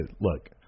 Look